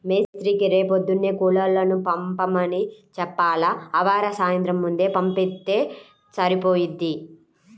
మేస్త్రీకి రేపొద్దున్నే కూలోళ్ళని పంపమని చెప్పాల, ఆవార సాయంత్రం ముందే పంపిత్తే సరిపోయిద్ది